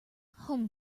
home